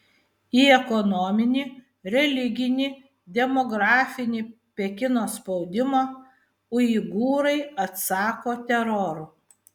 į ekonominį religinį demografinį pekino spaudimą uigūrai atsako teroru